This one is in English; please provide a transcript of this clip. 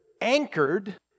anchored